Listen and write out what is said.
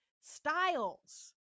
styles